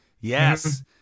Yes